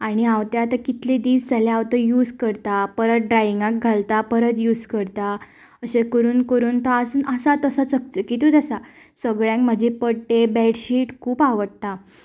आनी हांव तें आतां कितले दिस जाले हांव तो यूझ करतां परत ड्राइंगाक घालतां परत यूझ करतां अशें करून करून तो आजून आसा तसोच चकचकीचूच आसा सगळ्यांक म्हजे पड्डे बेडशीट खूब आवडटा